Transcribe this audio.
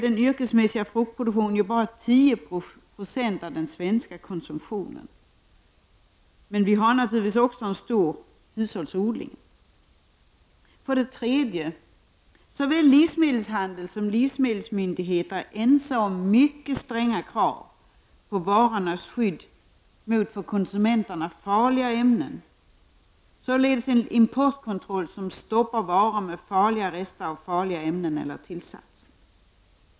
Den yrkesmässiga fruktproduktionen är t.ex. bara 10 % av den svenska konsumtionen. Men vi har naturligtvis också en stor hushållsodling. För det tredje är såväl livsmedelshandel som livsmedelsmyndigheter ense om mycket stränga krav för att skydda varorna mot för konsumenterna farliga ämnen. Det finns således en importkontroll som stoppar varor med rester av farliga ämnen eller tillsatser.